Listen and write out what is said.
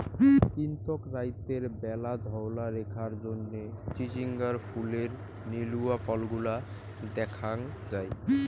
কিন্তুক রাইতের ব্যালা ধওলা রেখার জইন্যে চিচিঙ্গার ফুলের নীলুয়া ফলগুলা দ্যাখ্যাং যাই